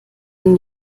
den